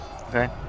Okay